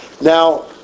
Now